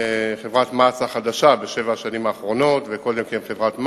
מע"צ החדשה בשבע השנים האחרונות וקודם לכן חברת מע"צ,